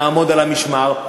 נעמוד על המשמר.